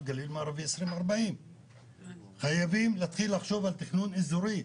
גליל מערבי 2040. חייבים לחשוב על תכנון אזורי.